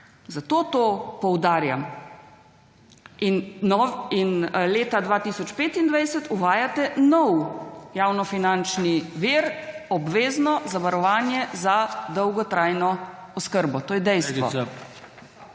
Zato to poudarjam. In leta 2025 uvajate nov javnofinančnih vir – obvezno zavarovanje za dolgotrajno oskrbo, to je dejstvo.